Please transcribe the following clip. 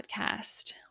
podcast